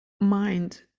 mind